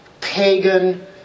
pagan